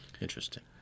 Interesting